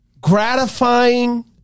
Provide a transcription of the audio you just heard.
gratifying